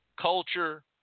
culture